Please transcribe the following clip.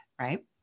right